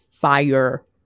fire